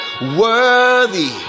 worthy